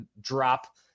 drop